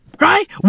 Right